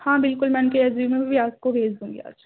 ہاں بالکل میں ان کے ریزومے بھی آپ کو بھیج دوں گی آج